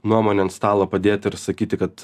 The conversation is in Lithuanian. nuomonę ant stalo padėti ir sakyti kad